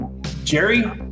Jerry